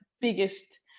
biggest